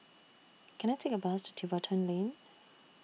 Can I Take A Bus to Tiverton Lane